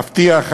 מבטיח,